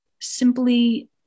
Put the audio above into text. simply